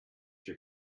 your